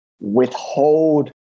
withhold